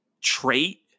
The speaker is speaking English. trait